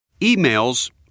Emails